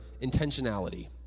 intentionality